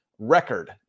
Record